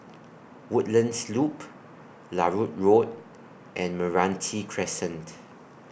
Woodlands Loop Larut Road and Meranti Crescent